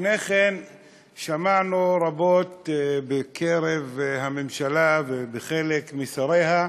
לפני כן שמענו רבות בקרב הממשלה ומחלק משריה: